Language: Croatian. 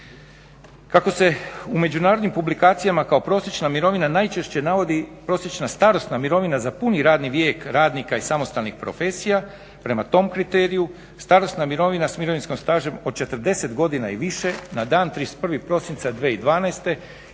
Kako se u međunarodnim publikacijama kao prosječna mirovina najčešće navodi prosječna starosna mirovina za puni radni vijek radnika i samostalnih profesija. Prema tom kriteriju, starosna mirovina s mirovinskim stažem od 40 godina i više na dan 31. prosinca